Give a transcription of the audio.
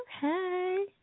Hey